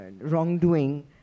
wrongdoing